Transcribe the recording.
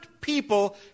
people